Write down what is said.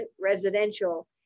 residential